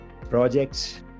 projects